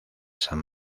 san